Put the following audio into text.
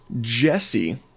Jesse